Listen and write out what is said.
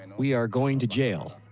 and we are going to jail.